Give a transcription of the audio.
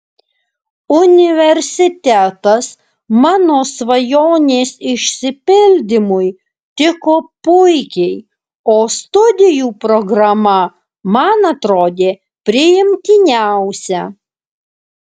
universitetas mano svajonės išsipildymui tiko puikiai o studijų programa man atrodė priimtiniausia